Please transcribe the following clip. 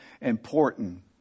important